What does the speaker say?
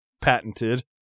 patented